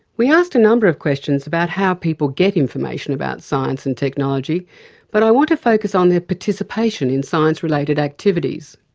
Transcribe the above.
we asked a number of questions about how people get information about science and technology but i want to focus on their participation in science-related activities.